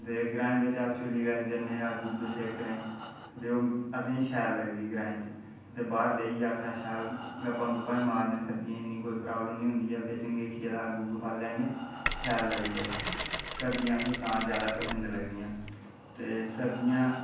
ते ग्रांएं बिच्च अस झुल्ली कश जन्ने अग्ग सेकने ते ओह् असेंगी शैल लगदी ग्रांएं च ते बाह्र बेहियै शैल अपने गप्पां गुप्पां बी मारने सर्दियें च कोई इन्नी प्रॉब्लम निं होंदी ऐ बिच्च ङिठियें च अग्ग बाली लैन्ने आं शैल लगदी असें सर्दियां तां ज्यादा पसंद लगदियां न ते सर्दियां